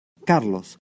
Carlos